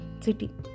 city